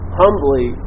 humbly